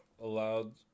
allowed